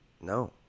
No